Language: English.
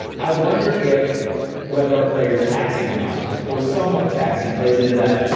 i wonder if whether a player is taxing or not, or somewhat taxing, plays into that.